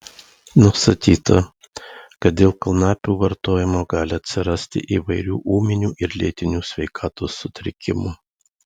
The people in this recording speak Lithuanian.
nustatyta kad dėl kanapių vartojimo gali atsirasti įvairių ūminių ir lėtinių sveikatos sutrikimų